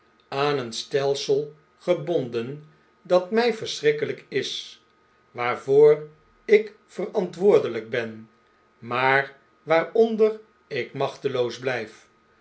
aan een stelsel gebonden dat my verschrikkelyk is waarvoor ikverantwoordelyk ben maar waaronder ik machteloos blyf